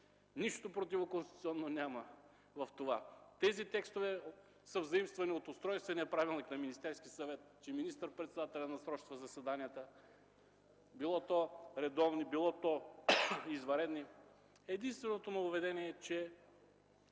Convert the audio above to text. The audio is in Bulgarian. Нищо противоконституционно няма в това. Тези текстове са взаимствани от Устройствения правилник на Министерския съвет – че министър-председателят насрочва заседанията, било то редовни, било извънредни. Единственото му въведение е, че